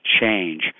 change